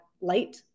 light